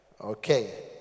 Okay